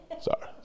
sorry